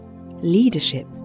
Leadership